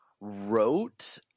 wrote